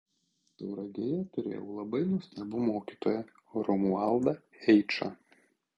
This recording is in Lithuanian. tauragėje turėjau labai nuostabų mokytoją romualdą eičą